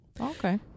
Okay